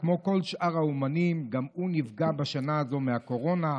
וכמו כל שאר האומנים גם הוא נפגע בשנה הזו מהקורונה.